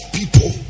people